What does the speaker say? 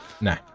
no